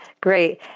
Great